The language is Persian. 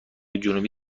جنوبی